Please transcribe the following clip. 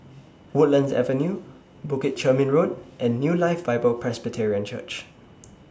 Woodlands Avenue Bukit Chermin Road and New Life Bible Presbyterian Church